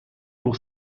pour